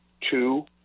two